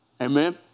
Amen